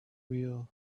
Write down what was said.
real